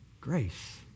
grace